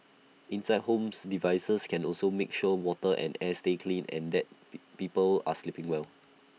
inside homes devices can also make sure water and air stay clean and that be people are sleeping well